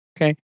Okay